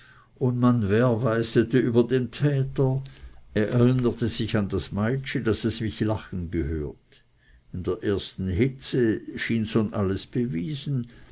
und als man werweisete über den täter erinnerte sich das meitschi daß es mich lachen gehört in der ersten hitze schien schon alles bewiesen